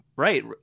Right